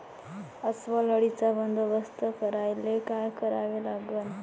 अस्वल अळीचा बंदोबस्त करायले काय करावे लागन?